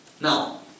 Now